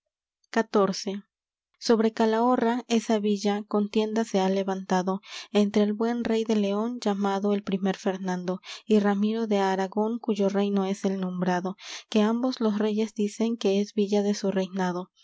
xiv sobre calahorra esa villa contienda se ha levantado entre el buen rey de león llamado el primer fernando y ramiro de aragón cuyo reino es el nombrado que ambos los reyes dicen que es villa de su reinado